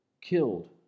Killed